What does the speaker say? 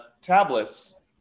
tablets